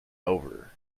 over